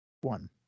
one